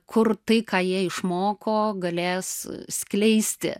kur tai ką jie išmoko galės skleisti